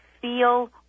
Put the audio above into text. feel